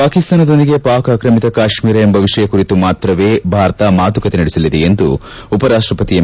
ಪಾಕಿಸ್ತಾನದೊಂದಿಗೆ ಪಾಕ್ ಆಕ್ರಮಿತ ಕಾಶ್ಮೀರ ವಿಷಯ ಕುರಿತು ಮಾತ್ರವೇ ಭಾರತ ಮಾತುಕತೆ ನಡೆಸಲಿದೆ ಎಂದು ಉಪರಾಷ್ಟಪತಿ ಎಂ